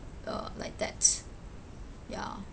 uh like that ya